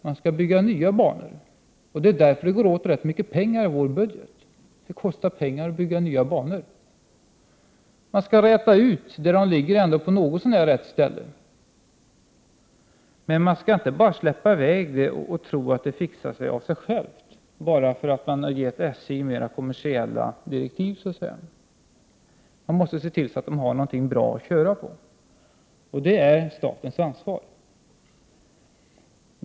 Då skall man bygga nya banor, även om det går åt rätt mycket pengar ur vår budget, för det kostar att bygga nya banor. Man skall räta ut dem som ändå ligger på något så när rätt ställe. Men man skall inte tro att allt fixar sig av sig självt bara därför att man har gett SJ mera kommersiella direktiv. Man måste se till att SJ har bra banor att köra på. Det är statens ansvar.